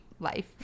Life